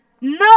No